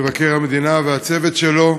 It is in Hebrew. מבקר המדינה והצוות שלו,